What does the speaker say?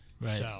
Right